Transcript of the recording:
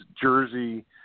Jersey –